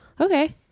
okay